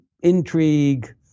intrigue